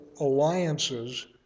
alliances